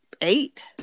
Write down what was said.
eight